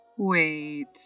Wait